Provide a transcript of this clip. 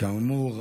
כאמור,